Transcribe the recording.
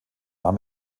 nahm